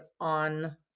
on